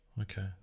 Okay